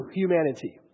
humanity